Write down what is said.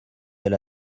elle